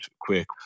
quick